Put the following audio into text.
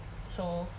so